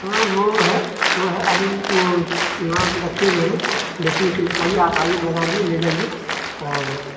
ہاں وہ ہے وہ ہے ابھی وہ وہاں پہ رکھے ہوئے ہیں بیچنے کے لیے آئیے آپ آئیے بازار میں لے جائیے اور